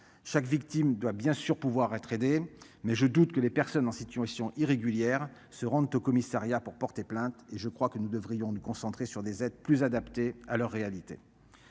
chaque victime doit bien sûr pouvoir être aidé mais je doute que les personnes en situation irrégulière se rendent au commissariat pour porter plainte et je crois que nous devrions nous concentrer sur des aides plus adaptés à leur réalité.